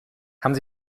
haben